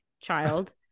child